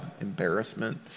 embarrassment